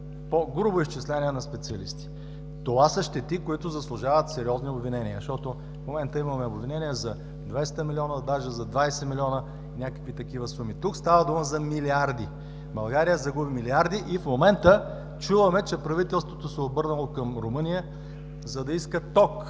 по грубо изчисление на специалисти. Това са щети, които заслужават сериозни обвинения, защото в момента имаме обвинения за 200 милиона, даже за 20 милиона, някакви такива суми. Тук става дума за милиарди! България загуби милиарди и в момента чуваме, че правителството се е обърнало към Румъния, за да иска ток,